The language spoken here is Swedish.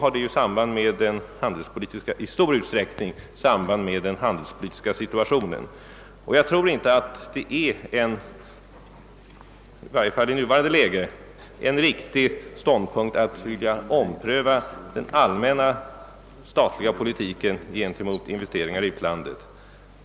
När det gäller EEC har utvecklingen i stor utsträckning samband med den handelspolitiska situationen. Jag tror inte att det är, i varje fall inte i nuvarande läge, en riktig ståndpunkt att vilja ompröva den allmänna statliga politiken beträffande investeringar i utlandet.